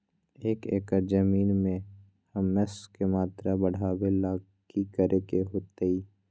एक एकड़ जमीन में ह्यूमस के मात्रा बढ़ावे ला की करे के होतई?